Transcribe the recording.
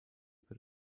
per